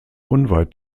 unweit